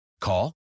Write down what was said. Call